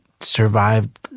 survived